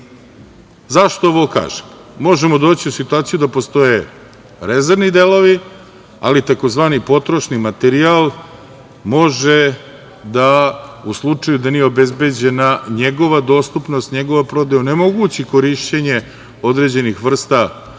ovo kažem? Možemo doći u situaciju da postoje rezervni delovi, ali tzv. potrošni materijal može, da u slučaju da nije obezbeđena njegova dostupnost, njegova prodaja, onemogući korišćenje određenih vrsta